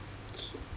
okay